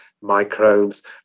microbes